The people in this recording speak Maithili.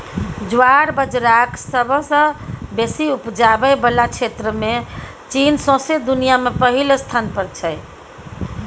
ज्वार बजराक सबसँ बेसी उपजाबै बला क्षेत्रमे चीन सौंसे दुनियाँ मे पहिल स्थान पर छै